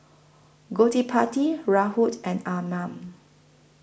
Gottipati Rahul and Arnab